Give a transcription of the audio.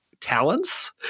talents